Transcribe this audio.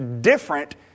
different